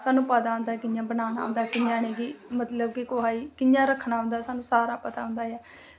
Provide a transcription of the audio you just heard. ते सानूं पता होंदा ऐ कि कि'यां बनाना कि'यां नेईं मतलब कि कुसै गी कि'यां रक्खना होंदा ऐ सानूं सारा पता होंदा ऐ